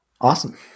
Awesome